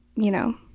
you know?